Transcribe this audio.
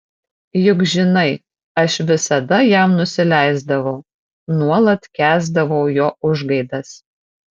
juk žinai aš visada jam nusileisdavau nuolat kęsdavau jo užgaidas